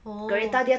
oh